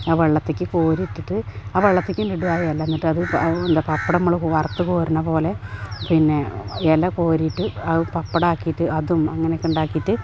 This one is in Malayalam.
ആ വെള്ളത്തിലേക്കു കോരി ഇട്ടിട്ട് ആ വെള്ളത്തിലേക്കന്നിടുക ആ ഇല എന്നിട്ടെന്താ ആ പപ്പടം നമ്മൾ വറുത്തു കോരണ പോലെ പിന്നെ ഇല കോരിയിട്ട് ആ പപ്പടം ആക്കിയിട്ട് അതും അങ്ങനെയൊക്കെ ഉണ്ടാക്കിയിട്ട്